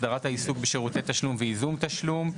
הסדרת העיסוק בשירותי תשלום וייזום תשלום.